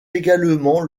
également